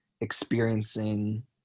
experiencing